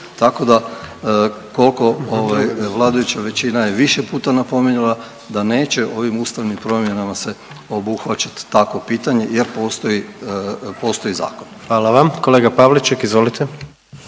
tako da kolko vladajuća većina je više puta napominjala da neće ovim ustavnim promjenama se obuhvaćat takvo pitanje jer postoji zakon. **Jandroković, Gordan